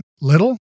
little